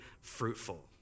fruitful